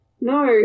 No